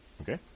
Okay